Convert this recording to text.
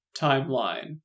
timeline